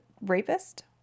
rapist